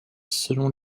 selon